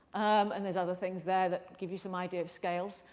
and there's other things there that give you some idea of scales.